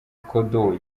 kodo